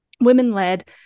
women-led